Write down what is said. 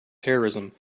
terrorism